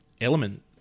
element